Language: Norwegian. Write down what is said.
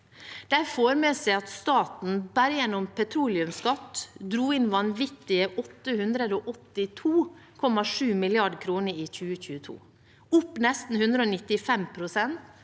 De får med seg at staten bare gjennom petroleumsskatt dro inn vanvittige 882,7 mrd. kr i 2022, opp nesten 195 pst.